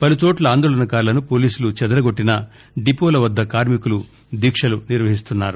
పలుచోట్ల ఆందోళనకారులను పోలీసులు చెదర గొట్టినా డిపోల వద్ద కార్మికులు దీక్షలు నిర్వహించారు